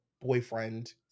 boyfriend